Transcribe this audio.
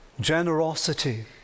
generosity